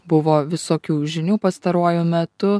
buvo visokių žinių pastaruoju metu